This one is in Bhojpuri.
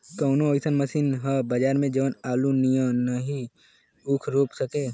कवनो अइसन मशीन ह बजार में जवन आलू नियनही ऊख रोप सके?